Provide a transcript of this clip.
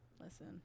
Listen